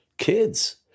kids